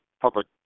public